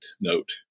note